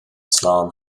slán